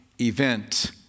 event